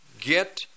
Get